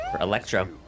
Electro